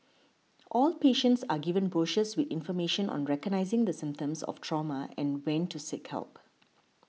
all patients are given brochures with information on recognising the symptoms of trauma and when to seek help